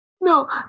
No